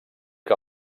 que